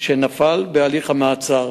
שנפל בהליך המעצר.